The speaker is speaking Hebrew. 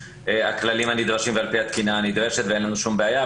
הכללים הנדרשים ועל פי התקינה הנדרשת ואין לנו שום בעיה.